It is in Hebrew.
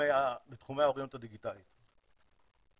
בתחומי האוריינות הדיגיטלית.